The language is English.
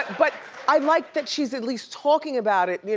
but i like that she's at least talking about it.